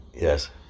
yes